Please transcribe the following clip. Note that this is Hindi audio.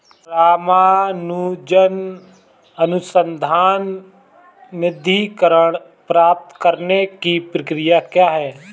रामानुजन अनुसंधान निधीकरण प्राप्त करने की प्रक्रिया क्या है?